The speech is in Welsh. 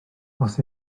oes